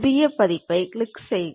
புதியதைக் click செய்க